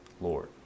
Lord